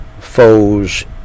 foes